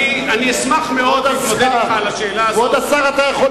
אני אשמח מאוד להתמודד אתך על השאלה הזאת,